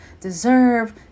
deserve